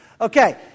Okay